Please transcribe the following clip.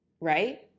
right